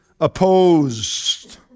opposed